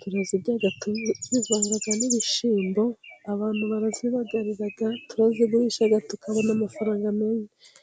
turazirya， tuzivanga n'ibishyimbo， abantu barazibagarira，turaziguhisha， tukabona amafaranga menshi.